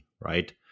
right